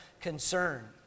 concern